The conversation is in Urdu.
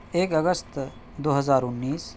ایک اگست دو ہزار انیس